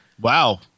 Wow